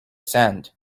sand